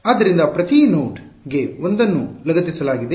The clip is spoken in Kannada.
ಆದ್ದರಿಂದ ಪ್ರತಿ ನೋಡ್ ಗೆ ಒಂದನ್ನು ಲಗತ್ತಿಸಲಾಗಿದೆ